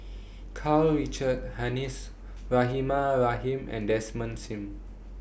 Karl Richard Hanitsch Rahimah Rahim and Desmond SIM